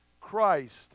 Christ